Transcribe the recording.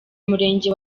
murenge